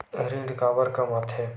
ऋण काबर कम आथे?